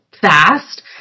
fast